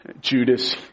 Judas